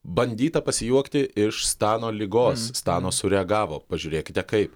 bandyta pasijuokti iš stano ligos stano sureagavo pažiūrėkite kaip